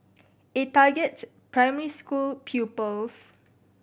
it targets primary school pupils